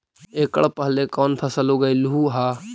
एकड़ पहले कौन फसल उगएलू हा?